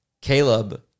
Caleb